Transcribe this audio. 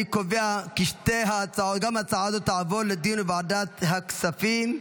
אני קובע כי גם ההצעה הזאת תעבור לדיון בוועדת הכספים.